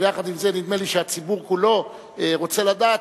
אבל עם זה נדמה לי שהציבור כולו רוצה לדעת